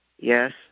yes